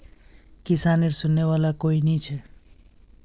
किसानेर सुनने वाला कोई नी छ